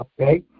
Okay